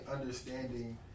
understanding